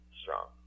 strong